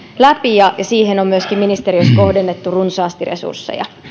läpi ja tähän tukeen on myöskin ministeriössä kohdennettu runsaasti resursseja